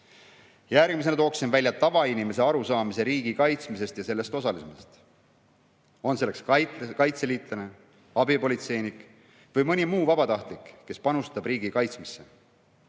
Järgmisena tooksin ära tavainimese arusaamise riigi kaitsmisest ja selles osalemisest, olgu kaitseliitlane, abipolitseinik või mõni muu vabatahtlik, kes panustab riigi kaitsmisse.